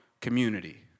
community